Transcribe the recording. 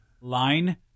line